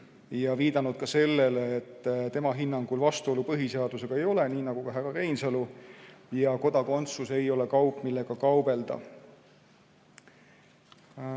on viidanud ka sellele, et tema hinnangul vastuolu põhiseadusega ei ole, nii nagu ka härra Reinsalu ütles, ja kodakondsus ei ole kaup, millega kaubelda.